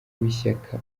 w’ishyaka